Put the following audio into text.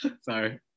Sorry